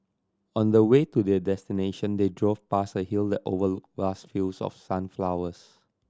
on the way to their destination they drove past a hill that overlooked vast fields of sunflowers